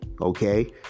okay